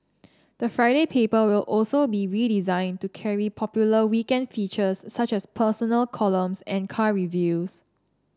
the Friday paper will also be redesigned to carry popular weekend features such as personal columns and car reviews